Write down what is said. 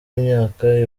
imyaka